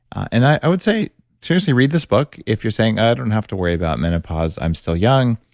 and i would say seriously read this book. if you're saying, i don't have to worry about menopause, i'm still young,